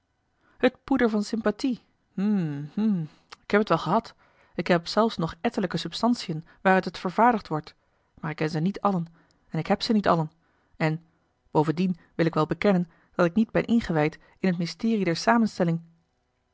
het poeder van sympathie hm hm ik heb het wel gehad ik heb zelfs nog ettelijke substantiën waaruit het vervaardigd wordt maar ik ken ze niet allen en ik heb ze niet allen en bovendien wil ik wel bekennen dat ik niet ben ingewijd in het mysterie der samenstelling